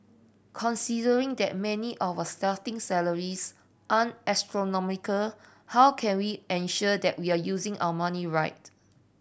considering that many of our starting salaries aren't astronomical how can we ensure that we are using our money right